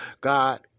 God